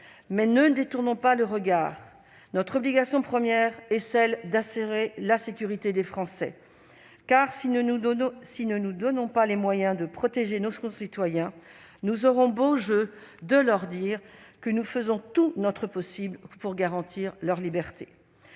Mais ne détournons pas le regard : notre obligation première est celle d'assurer la sécurité des Français. Si nous ne nous donnons pas les moyens de protéger nos concitoyens, nous aurons en effet beau jeu de leur dire que nous faisons tout notre possible pour garantir leur liberté.